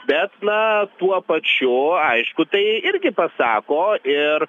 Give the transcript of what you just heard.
bet na tuo pačiu aišku tai irgi pasako ir